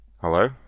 Hello